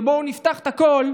ונפתח את הכול,